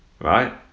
right